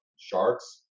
sharks